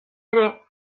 ere